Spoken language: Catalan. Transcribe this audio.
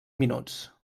minuts